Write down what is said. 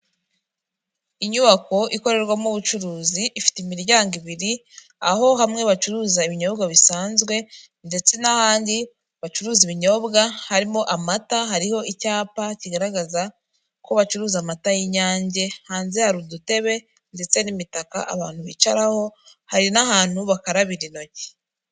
Inyubako ikorerwamo ubucuruzi ifite imiryango ibiri, aho hamwe bacuruza ibinyobwa bisanzwe, ndetse n'ahandi bacuruza ibinyobwa, harimo amata, hariho icyapa kigaragaza ko bacuruza amata y'inyange, hanze hari udutebe ndetse n'imitaka abantu bicaraho, hari n'ahantu bakarabira intoki.